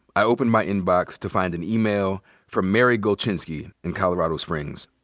i opened my inbox to find an email from mary golchinsky in colorado springs.